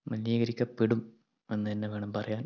മലിനീകരിക്കപ്പെടും എന്ന് തന്നെ വേണം പറയാൻ